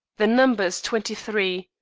the number is twenty-three.